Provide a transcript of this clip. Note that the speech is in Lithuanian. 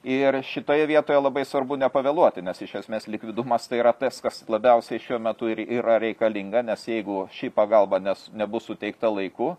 ir šitoje vietoje labai svarbu nepavėluoti nes iš esmės likvidumas tai yra tas kas labiausiai šiuo metu ir yra reikalinga nes jeigu ši pagalba nes nebus suteikta laiku